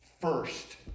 first